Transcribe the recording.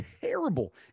terrible